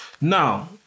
Now